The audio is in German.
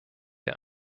der